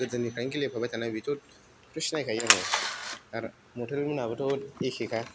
गोदोनिफ्रायनो गेलेफाबाय थानाय बेखौथ' सिनायखायो आङो आरो मर्टेलमोनाबोथ' एखेखा